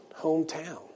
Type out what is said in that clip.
hometown